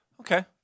okay